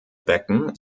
becken